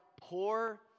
poor